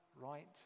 right